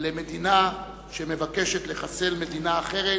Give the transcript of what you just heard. למדינה שמבקשת לחסל מדינה אחרת,